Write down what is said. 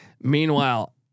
Meanwhile